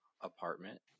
apartment